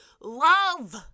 love